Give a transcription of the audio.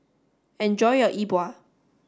enjoy your E Bua